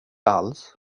alls